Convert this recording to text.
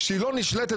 שהיא לא נשלטת,